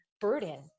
burden